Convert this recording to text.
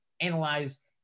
analyze